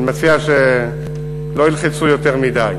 אני מציע שלא ילחצו יותר מדי.